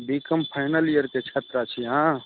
BCom final इयरके छात्रा छी अहाँ